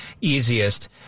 easiest